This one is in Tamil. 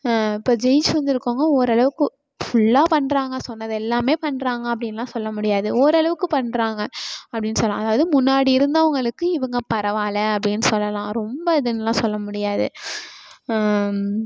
இப்போ ஜெயிச்சு வந்திருக்கவங்களும் ஓரளவுக்கு ஃபுல்லாக பண்ணுறாங்க சொன்னது எல்லாமே பண்ணுறாங்க அப்படியெல்லாம் சொல்ல முடியாது ஓரளவுக்குப் பண்ணுறாங்க அப்படினு சொல்லலாம் அதாவது முன்னாடி இருந்தவர்களுக்கு இவங்க பரவாயில்ல அப்படின்னு சொல்லலாம் ரொம்ப இதுனெலாம் சொல்ல முடியாது